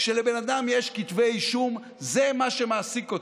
כשלבן אדם יש כתבי אישום, זה מה שמעסיק אותו.